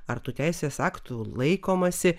ar tų teisės aktų laikomasi